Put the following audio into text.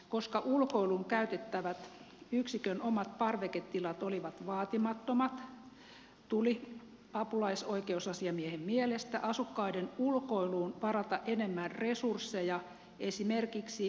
koska ulkoiluun käytettävät yksikön omat parveketilat olivat vaatimattomat tuli apulaisoikeusasiamiehen mielestä asukkaiden ulkoiluun varata enemmän resursseja esimerkiksi työvuorojärjestelyin